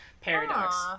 paradox